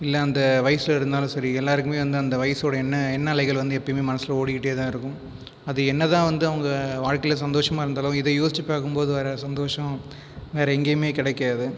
இல்லை அந்த வயதில் இருந்தாலும் சரி எல்லாருக்குமே அந்த வயசோடய என்ன எண்ணலைகள் எப்போயுமே மனசில் ஓடிக்கிட்டே தான் இருக்கும் அது என்ன தான் அவங்க வாழ்க்கையில் சந்தோஷமாக இருந்தாலும் இதை யோசிச்சு பார்க்கும் போது வர சந்தோஷம் வேறு எங்கேயுமே கிடைக்காது